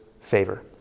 favor